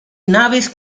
naves